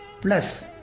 plus